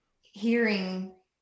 hearing